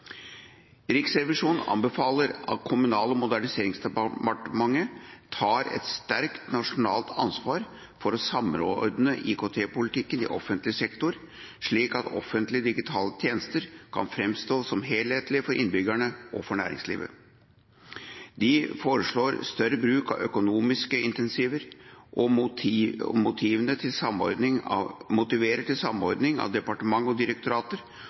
Riksrevisjonen anbefaler at Kommunal- og moderniseringsdepartementet tar et sterkt nasjonalt ansvar for å samordne IKT-politikken i offentlig sektor, slik at offentlige digitale tjenester kan framstå som helhetlige for innbyggerne og næringslivet. De foreslår mer bruk av økonomiske incentiver, å motivere til samordning av departementer og direktorater,